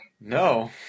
no